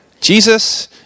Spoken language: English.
Jesus